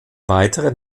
weitere